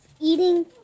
eating